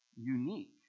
unique